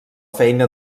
feina